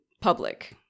public